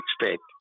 expect